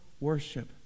worship